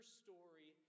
story